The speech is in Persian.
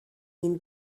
این